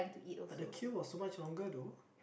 but the queue was so much longer though